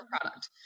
product